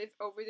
over